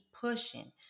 pushing